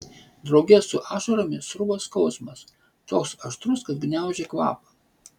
drauge su ašaromis sruvo skausmas toks aštrus kad gniaužė kvapą